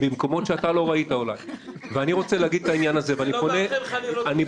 ולא מאחל לך לראות.